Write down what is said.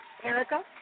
Erica